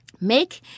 make